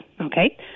okay